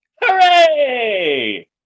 Hooray